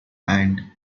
and